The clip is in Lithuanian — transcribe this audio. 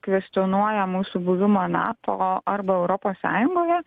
kvestionuoja mūsų buvimą nato arba europos sąjungoje